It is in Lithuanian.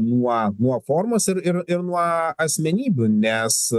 nuo nuo formos ir ir ir nuo asmenybių nes